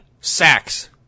sacks